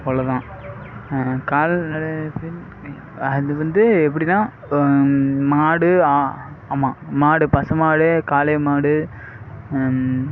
அவ்ளோதான் அது வந்து இப்டிதான் மாடு ஆமாம் மாடு பசு மாடு காளை மாடு